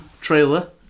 trailer